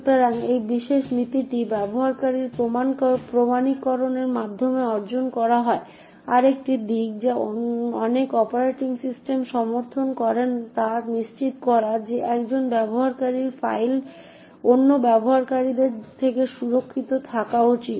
সুতরাং এই বিশেষ নীতিটি ব্যবহারকারীর প্রমাণীকরণের মাধ্যমে অর্জন করা হয় আরেকটি দিক যা অনেক অপারেটিং সিস্টেম সমর্থন করে তা নিশ্চিত করা যে একজন ব্যবহারকারীর ফাইল অন্য ব্যবহারকারীদের থেকে সুরক্ষিত থাকা উচিত